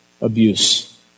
abuse